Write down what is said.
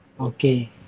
Okay